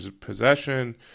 possession